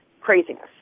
craziness